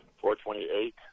428